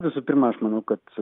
visų pirma aš manau kad